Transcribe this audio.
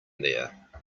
there